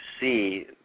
see